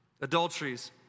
adulteries